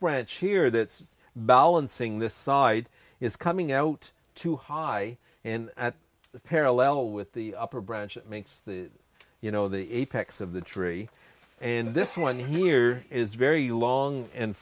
branch here that is balancing the side is coming out too high and the parallel with the upper branch makes the you know the apex of the tree and this one here is very long and